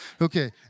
Okay